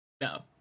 no